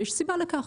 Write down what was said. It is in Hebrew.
ויש סיבה לכך.